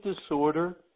disorder